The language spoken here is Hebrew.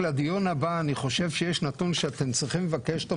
הישיבה ננעלה בשעה